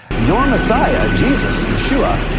your messiah, jesus, yeshua,